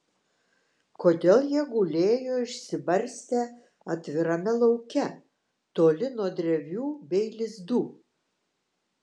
kodėl jie gulėjo išsibarstę atvirame lauke toli nuo drevių bei lizdų